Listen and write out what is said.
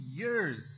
years